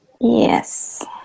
Yes